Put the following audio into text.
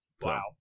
Wow